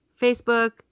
Facebook